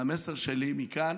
והמסר שלי מכאן